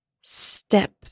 Step